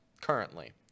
currently